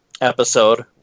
episode